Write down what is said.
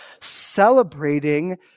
celebrating